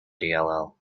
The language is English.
dll